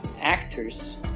actors